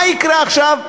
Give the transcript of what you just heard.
מה יקרה עכשיו?